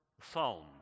psalm